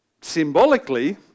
symbolically